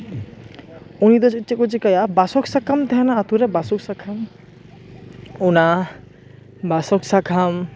ᱩᱱᱤ ᱫᱚ ᱪᱮᱫ ᱠᱮ ᱪᱤᱠᱟᱹᱭᱟ ᱵᱟᱥᱚᱠ ᱥᱟᱠᱟᱢ ᱛᱟᱦᱮᱱᱟ ᱟᱛᱳ ᱨᱮ ᱵᱟᱥᱚᱠ ᱥᱟᱠᱟᱢ ᱚᱱᱟ ᱵᱟᱥᱚᱠ ᱥᱟᱠᱟᱢ